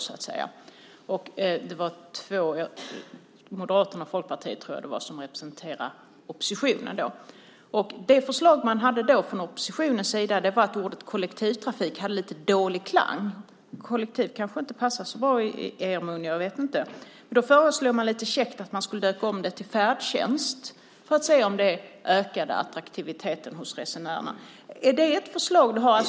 Det var Moderaterna och Folkpartiet, tror jag, som representerade oppositionen. Det förslag man hade då från oppositionens sida var att ordet kollektivtrafik hade lite dålig klang. Kollektiv kanske inte passar så bra i er mun; jag vet inte. Då föreslog man lite käckt att man skulle döpa om det till färdtjänst för att se om det ökade attraktiviteten hos resenärerna. Är det ett förslag du har?